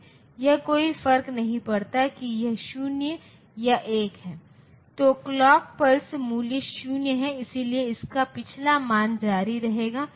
और जैसा कि मैंने पहले ही कहा है कि हम मान लेंगे कि जानकारी डिजिटल प्रारूप में उपलब्ध है